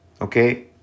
Okay